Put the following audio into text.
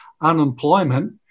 unemployment